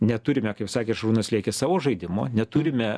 neturime kaip sakė šarūnas liekis savo žaidimo neturime